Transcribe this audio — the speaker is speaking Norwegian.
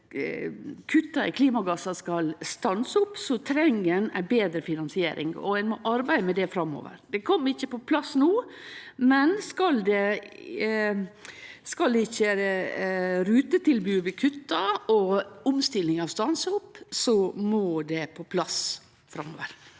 i klimagassar skal stanse opp, treng ein ei betre finansiering, og ein må arbeide med det framover. Det kom ikkje på plass no, men viss ikkje rutetilbodet skal bli kutta og omstillinga stanse opp, må det på plass framover.